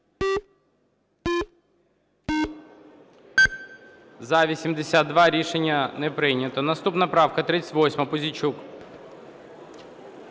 За-94 Рішення не прийнято. Наступна поправка 201, Пузійчук.